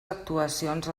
actuacions